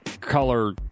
color